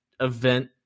event